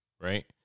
right